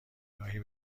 نگاهی